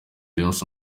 james